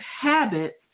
habits